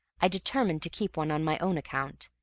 i determined to keep one on my own account,